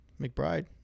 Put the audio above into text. McBride